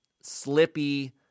slippy